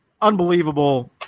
unbelievable